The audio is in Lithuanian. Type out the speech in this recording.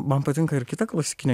man patinka ir kita klasikinė